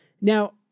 Now